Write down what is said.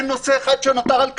אין נושא אחד שנותר על כנו.